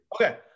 Okay